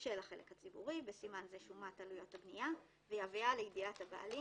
של החלק הציבורי (בסימן זה שומת עלויות הבנייה) ויביאה לידיעת הבעלים